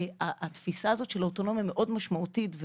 התפיסה של אוטונומיה מאוד משמעותית,